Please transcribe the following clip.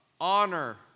Honor